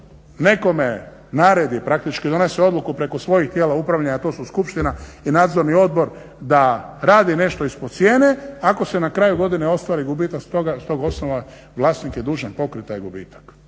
nekome naredi praktički da donese odluku preko svojih tijela upravnih, a to su skupština i nadzorni odbor, da radi nešto ispod cijene ako se na kraju godine ostvari gubitak, s tog osnova vlasnik je dužan pokrit taj gubitak.